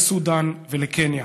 לסודן ולקניה.